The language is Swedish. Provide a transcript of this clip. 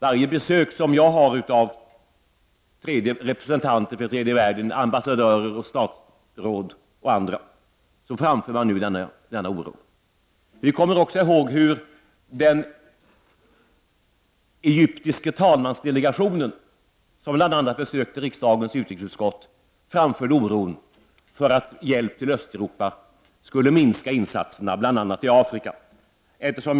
Varje besök som jag har av representanter för tredje världen, ambassadörer, statsråd och andra, framför denna oro. Vi kommer också ihåg att den egyptiska talmansdelegationen, som bl.a. besökte riksdagens utrikesutskott, framförde sin oro över att hjälp till Östeuropa skulle minska insatserna bl.a. i Afrika.